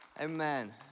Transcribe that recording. Amen